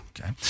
Okay